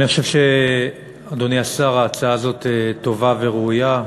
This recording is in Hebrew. אני חושב, אדוני השר, שההצעה הזאת טובה וראויה.